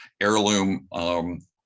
heirloom